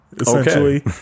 essentially